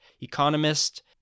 Economist